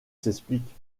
s’explique